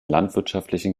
landwirtschaftlichen